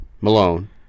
Malone